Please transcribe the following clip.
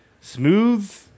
smooth